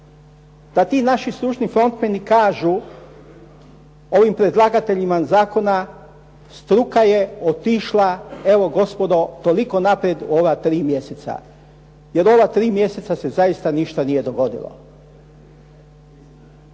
da ti naši stručni frontmeni kažu ovim predlagateljima zakona struka je otišla evo gospodo toliko naprijed u ova tri mjeseca. Jer ova tri mjeseca se zaista ništa nije dogodilo.